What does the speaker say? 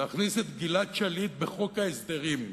להכניס את גלעד שליט לחוק ההסדרים,